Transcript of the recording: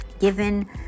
given